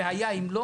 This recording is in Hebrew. והיה אם לא